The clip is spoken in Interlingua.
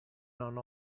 non